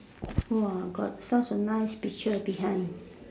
!wah! got such a nice picture behind